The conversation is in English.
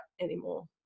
anymore